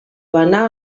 bana